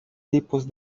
tipos